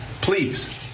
please